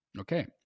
okay